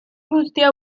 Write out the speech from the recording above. guztia